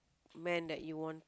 man that you want